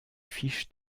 fiches